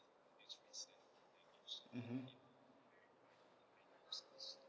mmhmm